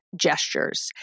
gestures